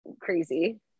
crazy